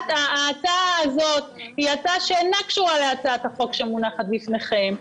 ההצעה הזאת היא הצעה שאינה קשורה להצעת החוק שמונחת בפניכם.